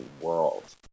world